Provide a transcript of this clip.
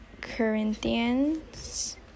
Corinthians